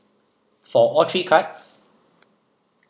for all three cards